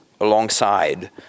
alongside